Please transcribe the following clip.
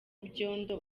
ibyombo